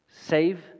Save